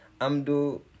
Amdo